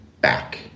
back